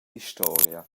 historia